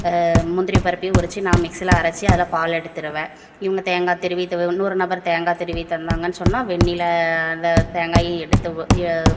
முந்திரி பருப்பையும் உரித்து நான் மிக்சியில் அரைச்சி அதில் பால் எடுத்துடுவேன் இவங்க தேங்காய் துருவி இன்னொரு நபர் தேங்காய் துருவி தந்தாங்கன்னு சொன்னால் வெந்நீருல அந்த தேங்காயை எடுத்து